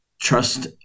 trust